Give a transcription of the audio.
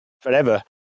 forever